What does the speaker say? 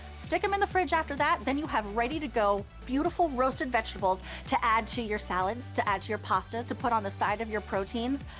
stick them in the fridge after that. then you have ready to go, beautiful roasted vegetables, to add to your solids, to add to pastas. to put on the side of your proteins.